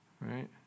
right